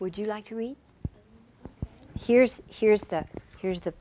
would you like to read here's here's the here's the